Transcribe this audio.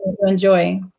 enjoy